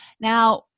Now